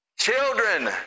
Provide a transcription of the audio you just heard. Children